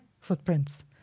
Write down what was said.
footprints